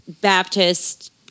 Baptist